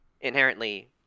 inherently